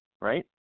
right